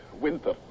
Winter